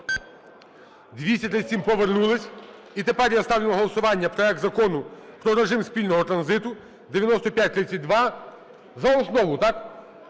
За-237 Повернулись. І тепер я ставлю на голосування проект Закону про режим спільного транзиту 9532 за основу, так?